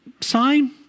sign